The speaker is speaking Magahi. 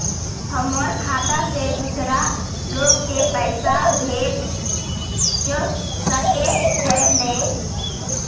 हमर खाता से दूसरा लोग के पैसा भेज सके है ने?